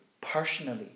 personally